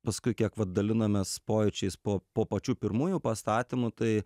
paskui kiek vat dalinamės pojūčiais po po pačių pirmųjų pastatymų tai